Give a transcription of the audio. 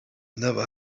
never